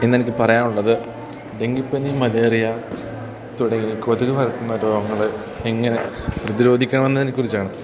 ഇന്നെനിക്ക് പറയാനുള്ളത് ഡെങ്കിപ്പനി മലേറിയ തുടങ്ങി കൊതുക് പരത്തുന്ന രോഗങ്ങൾ എങ്ങനെ പ്രതിരോധിക്കണമെന്നതിനെക്കുറിച്ചാണ്